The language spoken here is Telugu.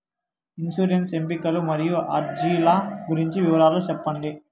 ఇన్సూరెన్సు ఎంపికలు మరియు అర్జీల గురించి వివరాలు సెప్పండి